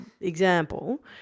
example